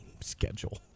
schedule